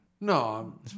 No